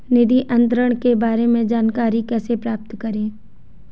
निधि अंतरण के बारे में जानकारी कैसे प्राप्त करें?